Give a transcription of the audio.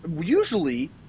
usually